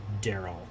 Daryl